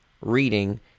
reading